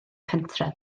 pentref